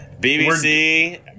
BBC